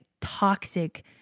toxic